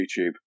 YouTube